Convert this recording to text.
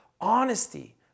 honesty